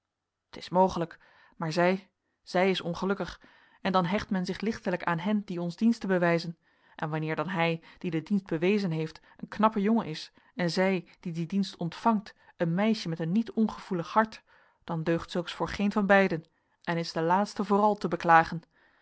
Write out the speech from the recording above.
t is mogelijk maar zij zij is ongelukkig en dan hecht men zich lichtelijk aan hen die ons diensten bewijzen en wanneer dan hij die den dienst bewezen heeft een knappe jongen is en zij die dien dienst ontvangt een meisje met een niet ongevoelig hart dan deugt zulks voor geen van beiden en is de laatste vooral te beklagen